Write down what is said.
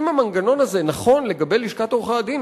אם המנגנון הזה נכון לגבי לשכת עורכי-הדין,